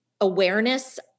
awareness